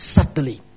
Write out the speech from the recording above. Subtly